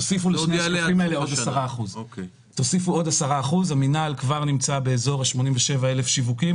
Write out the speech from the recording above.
תוסיפו לשני המספרים האלה עוד 10%. המינהל נמצא עם כ-87 אלף שיווקים,